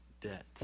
debt